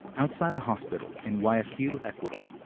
outside a hospital in guayaquil, ecuador,